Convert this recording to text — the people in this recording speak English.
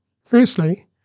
Firstly